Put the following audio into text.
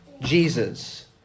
Jesus